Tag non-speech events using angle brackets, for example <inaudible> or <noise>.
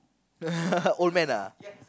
<laughs> old man ah